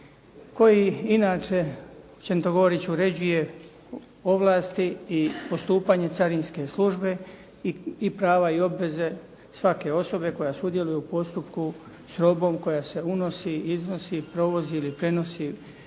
koji inače općenito govoreći uređuje ovlasti i postupanje carinske službe i prava i obveze svake osobe koja sudjeluje u postupku s robom koja se unosi, iznosi, provozi ili prenosi